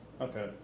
Okay